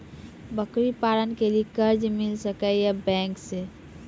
बकरी पालन के लिए कर्ज मिल सके या बैंक से?